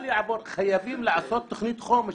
חייבים לעשות תוכנית חומש.